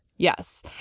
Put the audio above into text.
Yes